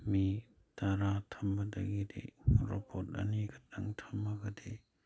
ꯃꯤ ꯇꯔꯥ ꯊꯝꯕꯗꯒꯤꯗꯤ ꯔꯣꯕꯣꯠ ꯑꯅꯤꯈꯛꯇꯪ ꯊꯝꯃꯕꯗꯤ